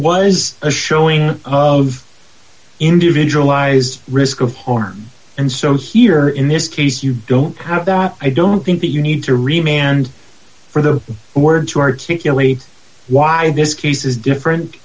was a showing of individualized risk of harm and so here in this case you don't have that i don't think that you need to remain and for the word to articulate why this case is different